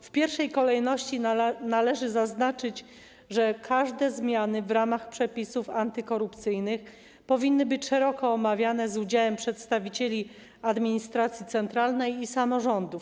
W pierwszej kolejności należy zaznaczyć, że wszystkie zmiany w ramach przepisów antykorupcyjnych powinny być szeroko omawiane z udziałem przedstawicieli administracji centralnej i samorządów.